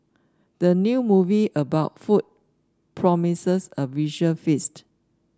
the new movie about food promises a visual feast